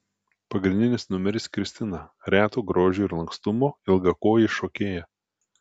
pagrindinis numeris kristina reto grožio ir lankstumo ilgakojė šokėja